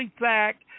fact